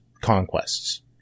conquests